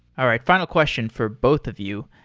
all right, final question for both of you.